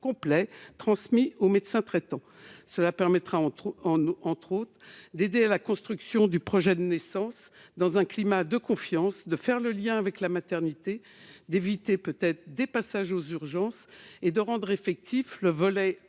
complet, transmis au médecin traitant. Cela permettra, entre autres, d'aider à la construction du projet de naissance dans un climat de confiance, de faire le lien avec la maternité, d'éviter des passages aux urgences et de rendre effectif le volet